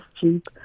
cheap